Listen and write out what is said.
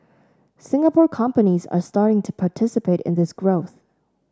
Singapore companies are starting to participate in this growth